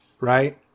right